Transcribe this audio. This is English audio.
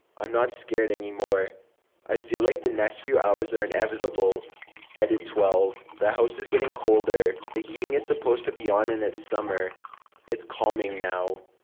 i'm not scared any more i feel like the next few hours are inevitable edit twelve the house is getting colder. the heating is supposed to be on and it's summer it's calming now.